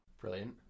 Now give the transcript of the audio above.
Brilliant